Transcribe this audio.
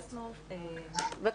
התבססנו על